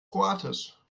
kroatisch